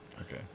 Okay